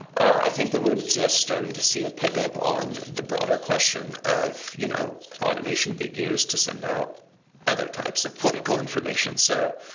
i think that we're just starting to see a pick up on the broader question of you know automation being used to send out other types of political information. so